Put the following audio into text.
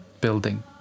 building